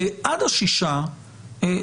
עד ה-6 באפריל,